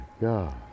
God